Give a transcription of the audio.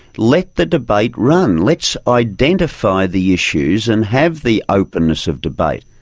let the debate run. let's identify the issues and have the openness of debate.